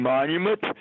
Monument